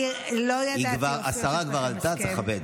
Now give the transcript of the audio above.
צריך לכבד.